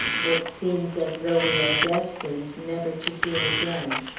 it seems as though we are destined never to hear again.